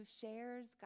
shares